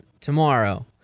tomorrow